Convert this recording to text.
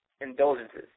indulgences